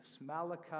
Malachi